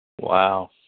Wow